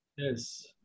Yes